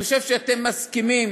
אני חושב שאתם מסכימים